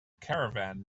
caravan